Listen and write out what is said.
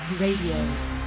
Radio